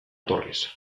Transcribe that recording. torres